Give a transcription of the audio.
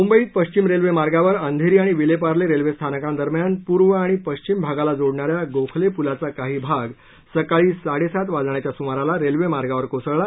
मुंबईत पश्चिम रेल्वे मार्गावर अंधेरी आणि विलेपार्ले रेल्वेस्थानकांदरम्यान पूर्व आणि पश्चिम भागाला जोडणा या गोखले पुलाचा काही भाग सकाळी साडेसात वाजण्याच्या सुमाराला रेल्वेमार्गावर कोसळला